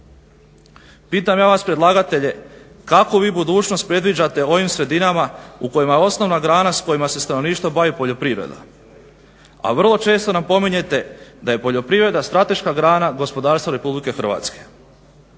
Pitam ja vas predlagatelje kakvu vi budućnost predviđate ovim sredinama u kojima je osnovna grana s kojima se stanovništvo bavi poljoprivreda, a vrlo često napominjete da je poljoprivreda strateška grana gospodarstva RH? Kako